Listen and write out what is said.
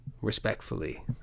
Respectfully